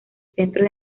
centros